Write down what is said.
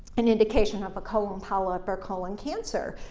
an indication of a colon polyp or colon cancer.